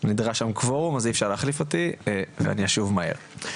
נדרש שם קוורום אז אי אפשר להחליף אותי ואני אשוב מהר.